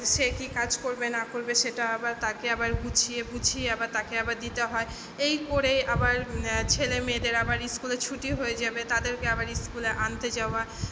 সে কি কাজ করবে না করবে সেটা আবার তাকে আবার গুছিয়ে বুঝিয়ে আবার তাকে আবার দিতে হয় এই করে আবার ছেলে মেয়েদের আবার স্কুলে ছুটি হয়ে যাবে তাদেরকে আবার স্কুলে আনতে যাওয়া